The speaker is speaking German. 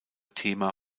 thema